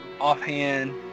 offhand